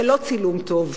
זה לא צילום טוב.